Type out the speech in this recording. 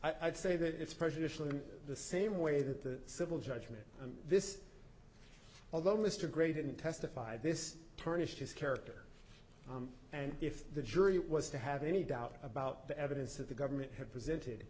it i'd say that it's prejudicial in the same way that the civil judgment and this although mr gray didn't testify this turnage his character and if the jury was to have any doubt about the evidence that the government had presented